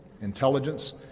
intelligence